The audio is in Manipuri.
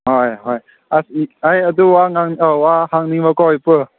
ꯍꯣꯏ ꯍꯣꯏ ꯑꯁ ꯑꯩ ꯋꯥ ꯍꯪꯅꯤꯡꯕꯀꯣ ꯏꯄꯨ